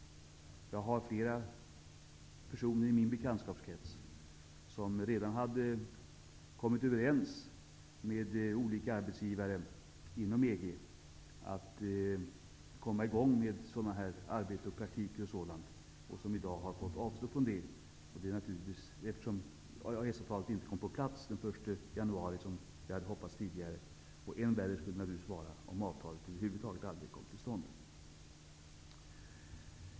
Jag har flera personer i min bekantskapskrets som redan hade kommit överens med olika arbetsgivare inom EG om att komma i gång med arbete och praktik och som i dag har fått avstå från det, eftersom EES-avtalet inte blev klart den 1 januari som vi hade hoppats tidigare. Det skulle naturligtvis vara än värre om avtalet över huvud taget aldrig kommer till stånd.